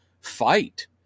fight